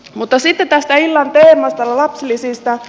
mutta sitten tästä illan teemasta eli lapsilisistä